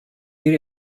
bir